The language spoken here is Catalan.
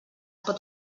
pot